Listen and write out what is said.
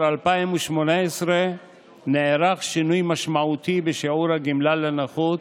2018 נערך שינוי משמעותי בשיעור הגמלה לנכות